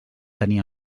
tenir